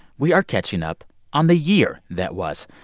we are catching up on the year that was.